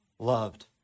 Loved